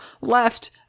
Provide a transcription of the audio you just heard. left